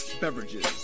beverages